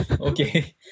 okay